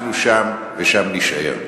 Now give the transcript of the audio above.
אנחנו שם ושם נישאר.